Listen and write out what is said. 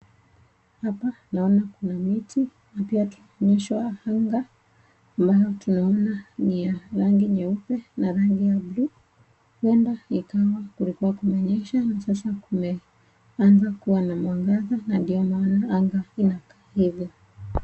Hapa naona kuna miti na pia tunaonyeshwa anga ambayo tunaona ni ya rangi nyeupe na rangi ya bluu huenda ikawa kulikuwa kumenyesha na sasa kumeanza kuwa na mwangaza na ndio maana mwanga inakaa hivo.